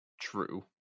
true